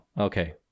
okay